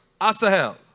Asahel